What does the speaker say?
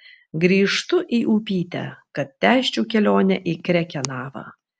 grįžtu į upytę kad tęsčiau kelionę į krekenavą